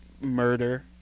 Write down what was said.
murder